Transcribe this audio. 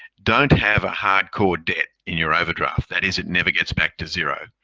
don't have a hardcore debt in your overdraft. that is, it never gets back to zero.